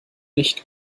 nicht